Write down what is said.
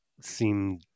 seem